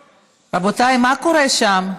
רבותיי, מה קורה שם?